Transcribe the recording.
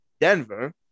Denver